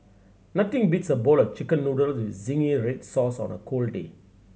nothing beats a bowl of Chicken Noodles with zingy red sauce on a cold day